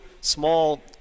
small